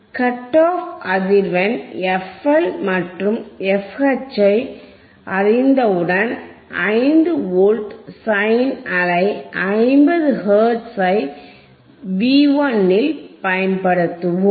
cut off அதிர்வெண் f L மற்றும் fH ஐ அறிந்தவுடன் 5 வோல்ட் சைன் அலை 50ஹெர்ட்ஸ் ஐப் V1 இல் பயன்படுத்துவோம்